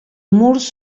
murs